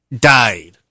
died